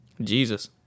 Jesus